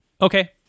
Okay